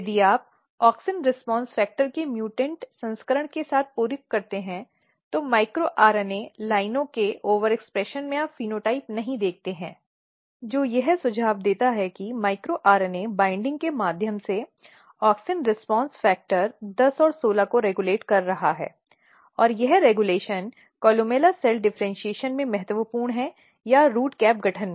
यदि आप ऑक्सिन प्रतिक्रिया कारक के म्यूटेंट संस्करण के साथ पूरक करते हैं तो माइक्रो आरएनए लाइनों के ओवरएक्प्रेशन में आप फेनोटाइप नहीं देखते हैं जो यह सुझाव देता है कि माइक्रो आरएनए बाइंडिंग के माध्यम से औक्सिन रेसपोंसी फैक्टर 10 और 16 को रेगुलेट कर रहा है और यह रेगुलेशन कोलुमेला सेल डिफरेन्शीऐशन में महत्वपूर्ण है या रूट कैप गठन में